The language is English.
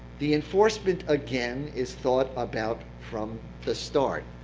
the enforcement, again, is thought about from the start.